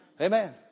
Amen